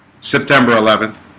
september eleventh